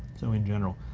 so in general,